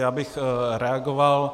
Já bych reagoval.